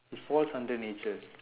it falls under nature